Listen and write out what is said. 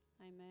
Amen